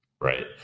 right